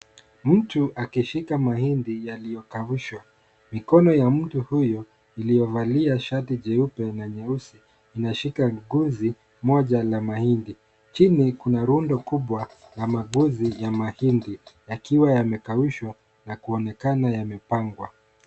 Mtu akishika mahindi yaliyokaushwa, mikono ya mtu huyo iliyovalia shati jeupe na nyeusi inashika guzi moja la mahindi, chini kuna rundo kubwa la magunzi ya mahindi yakiwa yamekaushwa na kuonekana yamepangwa.